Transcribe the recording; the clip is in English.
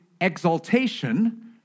exaltation